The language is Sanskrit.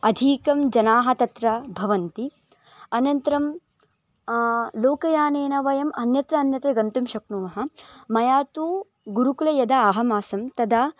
अधिकः जनाः तत्र भवन्ति अनन्तरं लोकयानेन वयम् अन्यत्र अन्यत्र गन्तुं शक्नुमः मया तु गुरुकुले यदा अहम् आसं तदा